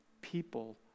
people